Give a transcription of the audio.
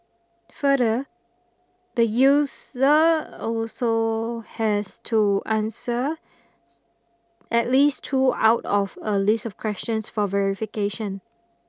further the user also has to answer at least two out of a list of questions for verification